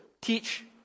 teach